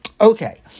Okay